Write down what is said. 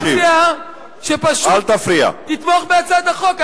חבר הכנסת רותם, אני מציע שפשוט תתמוך בהצעת החוק.